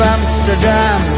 Amsterdam